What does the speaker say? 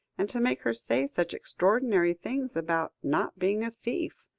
and to make her say such extraordinary things about not being a thief.